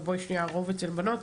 אבל ברור לי שהרוב אצל בנות,